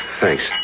Thanks